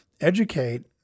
educate